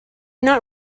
not